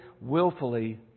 willfully